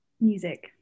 Music